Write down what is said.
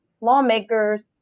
lawmakers